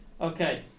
Okay